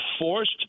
forced